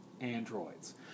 androids